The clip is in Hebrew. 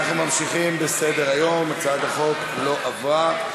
אנחנו ממשיכים בסדר-היום, הצעת החוק לא עברה.